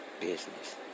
Business